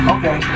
Okay